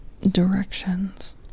directions